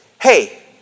Hey